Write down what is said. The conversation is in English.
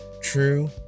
True